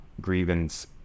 grievance